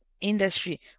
industry